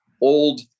old